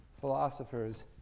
philosophers